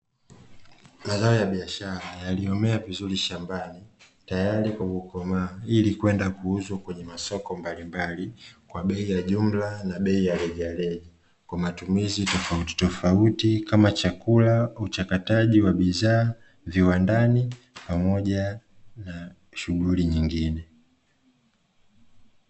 Mazao ya biashara yaliyomea vizuri shambani tayari yamekomaa ili kwenda kuuzwa kwenye masoko mbalimbali kwa bei ya jumla na bei ya reja reja kwa matumizi tofauti tofauti kama chakula, uchakataji wa bidhaa viwandani pamoja na shughuli nyingine.